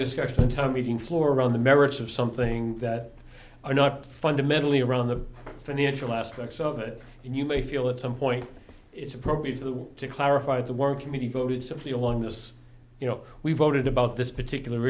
discussion time meeting floor around the merits of something that are not fundamentally around the financial aspects of it and you may feel at some point it's appropriate to want to clarify the work committee voted simply along those you know we voted about this particular